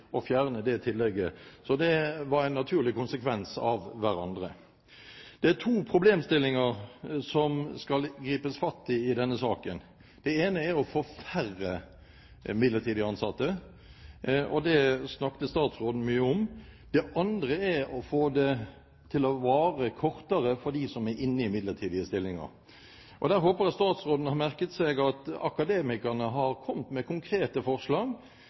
konsekvens. Det er to problemstillinger som skal gripes fatt i i denne saken. Det ene er å få færre midlertidig ansatte. Det snakket statsråden mye om. Det andre er å få til kortere varighet for midlertidige stillinger. Jeg håper at statsråden har merket seg at akademikerne har kommet med konkrete forslag